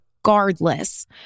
regardless